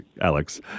Alex